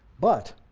but,